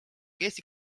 eesti